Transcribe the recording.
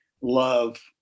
love